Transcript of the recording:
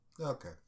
Okay